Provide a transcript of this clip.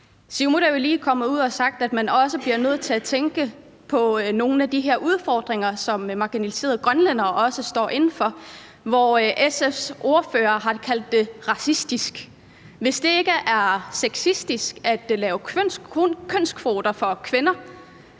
ud og har sagt, at man også bliver nødt til at tænke på nogle af de udfordringer, som marginaliserede grønlændere står over for, hvor SF's ordfører har kaldt det racistisk. Hvis det ikke er sexistisk at lave kønskvoter for kvinder,